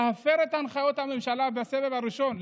להפר את הנחיות הממשלה בסגר הראשון.